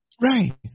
Right